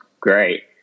great